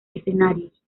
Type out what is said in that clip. escenarios